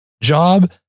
job